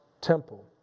temple